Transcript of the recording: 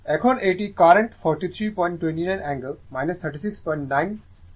এখন এটি current 4329 angle 369 9o